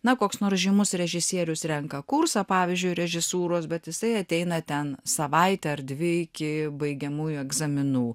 na koks nors žymus režisierius renka kursą pavyzdžiui režisūros bet jisai ateina ten savaitę ar dvi iki baigiamųjų egzaminų